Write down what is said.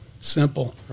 simple